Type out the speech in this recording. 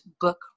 book